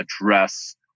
address